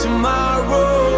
Tomorrow